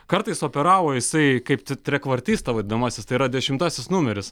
kartais operavo jisai kaip trekvartista vadinamasis tai yra dešimtasis numeris